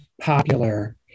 popular